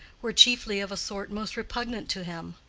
were chiefly of a sort most repugnant to him.